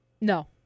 No